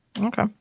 Okay